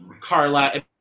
Carla